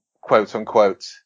quote-unquote